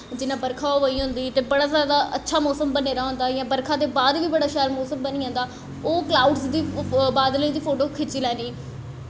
जि'यां बरखा होआ दी होंदी ते बड़ा जैदा अच्छा मौसम बने दा होंदा इ'यां बरखा दे बाद बी बड़ा शैल मौसम बनी जंदा ओह् कलाउड़ दा बादलें दी फोटो खिच्ची लैन्नी